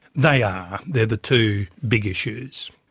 they are, they are the two big issues.